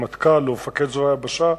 רמטכ"ל או מפקד זרוע היבשה.